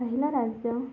पहिलं राज्य